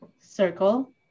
circle